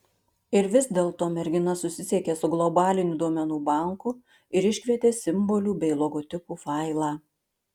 ir vis dėlto mergina susisiekė su globaliniu duomenų banku ir iškvietė simbolių bei logotipų failą